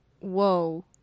Whoa